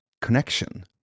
connection